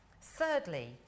Thirdly